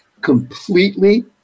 completely